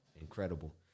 Incredible